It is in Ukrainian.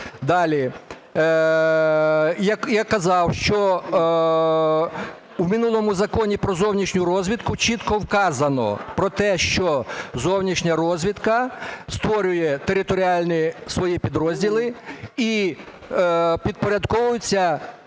Далі. Я казав, що у минулому Законі про зовнішню розвідку чітко вказано про те, що зовнішня розвідка створює територіальні свої підрозділи і підпорядковується